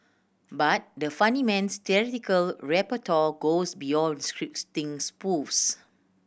but the funny man's theatrical repertoire goes beyond scripting spoofs